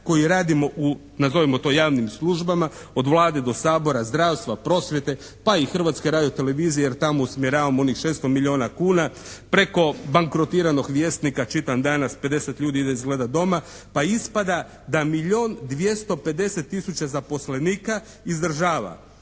koji radimo u nazovimo to javnim službama, od Vlade do Sabora, zdravstva, prosvjete, pa i Hrvatska radio-televizija jer tamo usmjeravamo onih šesto milijuna kuna, preko bankrotiranog Vjesnika čitam danas 50 ljudi ide izgleda doma, pa ispada da milijun dvjesto